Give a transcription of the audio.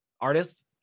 artist